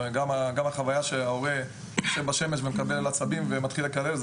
גם החוויה שההורה יושב בשמש ומקבל עצבים ומתחיל לקלל,